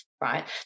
right